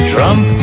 Trump